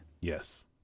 yes